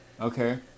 Okay